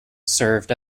served